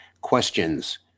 questions